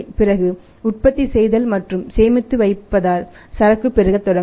பிறகு உற்பத்தி செய்தல் மற்றும் சேமித்து வைப்பதால் சரக்கு பெருகத் தொடங்கும்